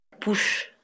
push